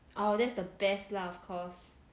oh that's the best lah of course